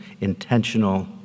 intentional